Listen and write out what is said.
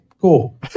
Cool